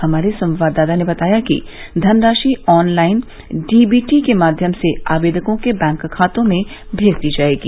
हमारे संवाददाता ने बताया है कि धनराशि ऑनलाइन डीबीटी के माध्यम से आवेदकों के बैंक खातों में भेज दी जाएगी